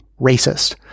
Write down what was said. racist